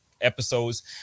episodes